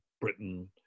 Britain